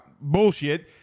bullshit